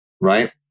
right